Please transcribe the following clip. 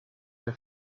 ihre